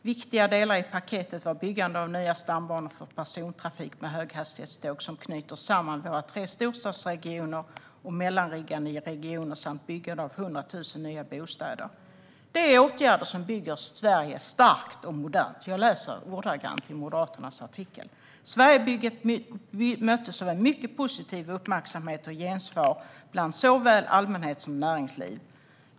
Viktiga delar i paketet var byggandet av nya stambanor för persontrafik med höghastighetståg som knyter samman våra tre storstadsregioner och mellanliggande regioner samt byggandet av 100 000 nya bostäder. Detta är åtgärder som bygger Sverige starkt och modernt. Sverigebygget möttes av mycket positiv uppmärksamhet och gensvar bland såväl allmänhet som näringsliv.